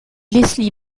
leslie